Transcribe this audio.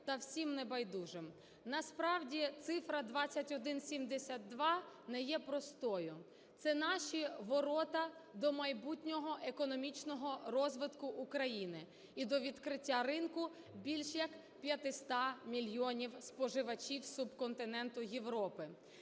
та всім небайдужим. Насправді цифра 2172 не є простою, це наші ворота до майбутнього економічного розвитку України і до відкриття ринку більш як 500 мільйонів споживачів субконтиненту Європи.